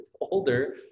older